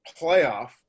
playoff